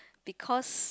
because